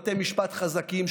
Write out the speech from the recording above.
בתי משפט חזקים,